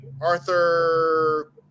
Arthur